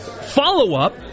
Follow-up